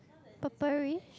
purple